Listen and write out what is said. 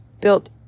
built